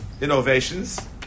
innovations